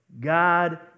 God